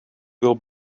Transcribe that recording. will